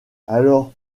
alors